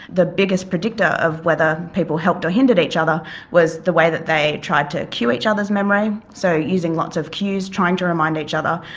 the biggest predictor of whether people helped or hindered each other was the way that they tried to cue each other's memory so using lots of cues, trying to remind each other,